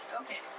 okay